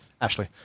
Ashley